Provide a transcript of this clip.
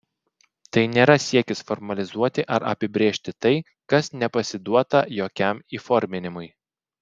tai nėra siekis formalizuoti ar apibrėžti tai kas nepasiduota jokiam įforminimui